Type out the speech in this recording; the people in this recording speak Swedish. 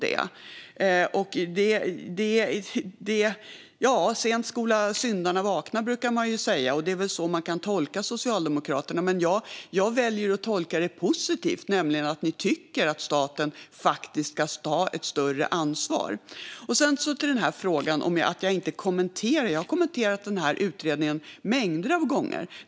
Sent skall syndaren vakna, brukar man ju säga, och det är så man kan tolka Socialdemokraterna. Men jag väljer att tolka positivt, nämligen att ni tycker att staten faktiskt ska ta ett större ansvar. Sedan var det frågan om att jag inte har gett några kommentarer. Jag har kommenterat utredningen mängder av gånger.